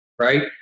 right